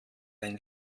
ein